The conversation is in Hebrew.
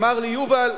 אמר לי: יובל,